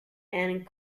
and